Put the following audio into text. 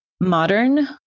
modern